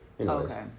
okay